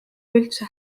üldse